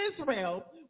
Israel